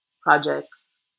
projects